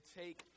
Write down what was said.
take